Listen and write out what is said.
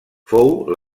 fou